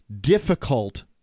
difficult